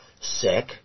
sick